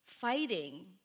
fighting